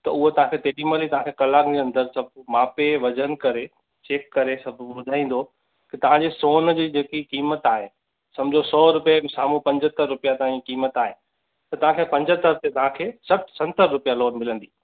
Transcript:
त ऊओ तांखे तेॾीमल ई तांखे कलाकु ने अंदर सभु मापे वजन करे चेक करे सभु ॿुधाईंदो के तव्हांजे सोन जी जेकी क़ीमत आहे समिझो सौ रुपए बि साम्हूं पंजहतरि रुपिया ताईं क़ीमत आहे त तव्हांखे पंजहतरि ते तव्हांखे सभु सतरि रुपिया लोन मिलंदी